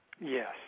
Yes